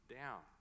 down